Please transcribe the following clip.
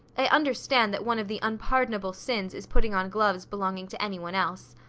i understand that one of the unpardonable sins is putting on gloves belonging to any one else.